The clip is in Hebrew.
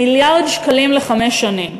מיליארד שקלים לחמש שנים.